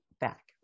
back